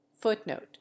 Footnote